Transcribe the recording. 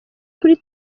kuri